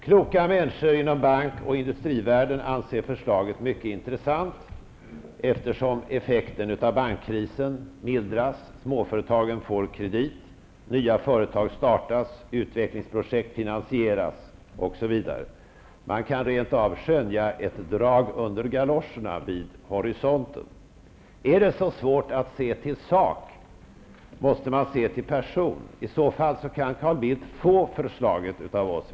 Kloka människor inom bank och industrivärlden anser att förslaget är mycket intressant, eftersom effekten av bankkrisen mildras, småföretagen får kredit, nya företag startas, utvecklingsprojekt finansieras, osv. Man kan rent av vid horisonten skönja ett drag under galoscherna. Är det så svårt att se till sak? Måste man se till person? I så fall kan Carl Bildt få förslaget av oss.